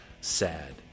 sad